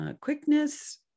quickness